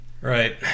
Right